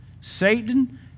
Satan